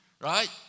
right